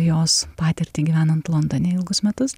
jos patirtį gyvenant londone ilgus metus